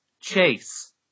Chase